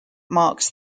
marks